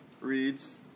reads